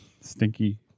Stinky